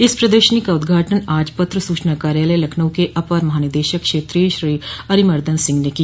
इस प्रदर्शनी का उद्घाटन आज पत्र सूचना कार्यालय लखनऊ के अपर महानिदेशक क्षेत्रीय श्री अरिमर्दन सिंह ने किया